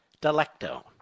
Delecto